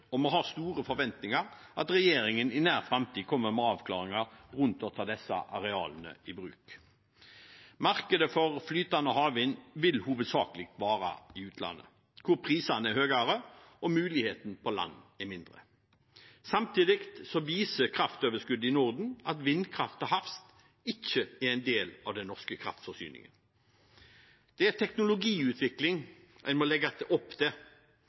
og vi har store forventninger til at regjeringen i nær framtid kommer med avklaringer rundt å ta disse arealene i bruk. Markedet for flytende havvind vil hovedsakelig være i utlandet, der prisene er høyere og mulighetene på land er mindre. Samtidig viser kraftoverskuddet i Norden at vindkraft til havs ikke er en del av den norske kraftforsyningen. Det er teknologiutvikling det må legges opp til,